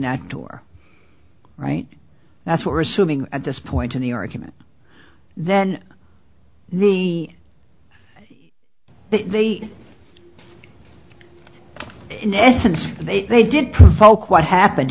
that door right that's what we're assuming at this point in the argument then the the in essence they did provoke what happened